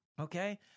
Okay